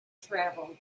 travel